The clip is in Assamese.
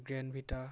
grand Vita